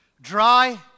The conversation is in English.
dry